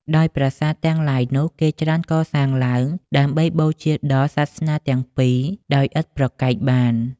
ដោយប្រាសាទទាំងឡាយនោះ គេច្រើនកសាងឡើងដើម្បីបូជាដល់ សាសនាទាំងពីរដោយឥតប្រកែកបាន។